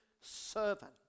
servant